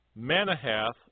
Manahath